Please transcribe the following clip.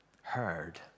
heard